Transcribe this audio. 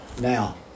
Now